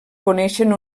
coneixen